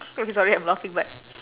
I'm sorry I'm laughing but